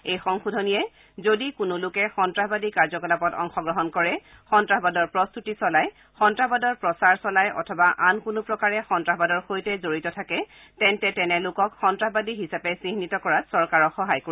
এই সংশোধনীয়ে যদি কোনো লোকে সন্তাসবাদী কাৰ্যকলাপত অংশগ্ৰহণ কৰে সন্তাসবাদৰ প্ৰস্ততি চলায় সন্তাসবাদৰ প্ৰচাৰ চলায় অথবা আন কোনো প্ৰকাৰে সন্তাসবাদৰ লগত জড়িত থাকে তেন্তে তেনে লোকক সন্তাসবাদী হিচাপে চিহ্নিত কৰাত চৰকাৰক সহায় কৰিব